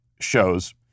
shows